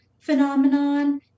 phenomenon